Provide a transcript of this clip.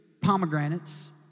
pomegranates